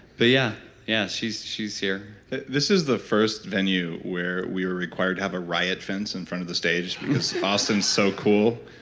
yeah, yeah she's she's here this is the first venue where we were required to have a riot fence in front of the stage because austin's so cool.